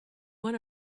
one